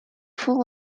full